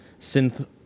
synth